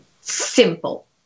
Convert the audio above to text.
simple